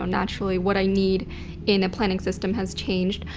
um naturally what i need in a planning system has changed.